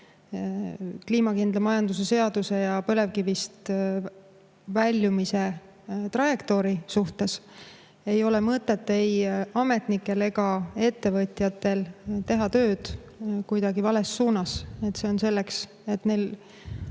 kliimakindla majanduse seaduse ja põlevkivist väljumise trajektoori suhtes, ei ole mõtet ametnikel ega ettevõtjatel teha tööd vales suunas. See on selleks, et nad